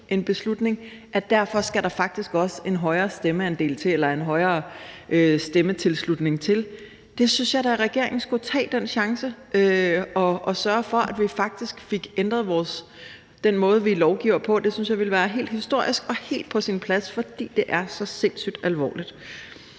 en beslutning, at der derfor faktisk også skal en højere stemmetilslutning til. Den chance synes jeg da at regeringen skulle tage – altså at sørge for, at vi faktisk fik ændret den måde, vi lovgiver på. Det synes jeg ville være historisk og helt på sin plads, fordi det er så sindssygt alvorligt.